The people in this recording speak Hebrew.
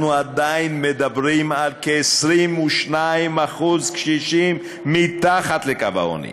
אנחנו עדיין מדברים על כ-22% קשישים מתחת לקו העוני.